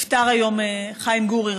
נפטר היום חיים גורי.